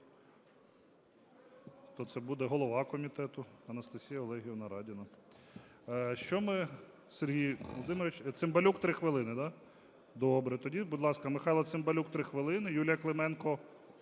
Хто це буде? Голова комітету Анастасія Олегівна Радіна. Що ми, Сергій Володимирович... Цимбалюк – 3 хвилини, да? Добре. Тоді, будь ласка, Михайло Цимбалюк – 3 хвилини. Юлія Клименко